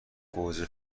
گوجه